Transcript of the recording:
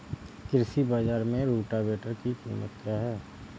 कृषि बाजार में रोटावेटर की कीमत क्या है?